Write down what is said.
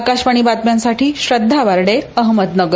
आकाशवाणी बातम्यांसाठी श्रद्धा वार्डे अहमदनगर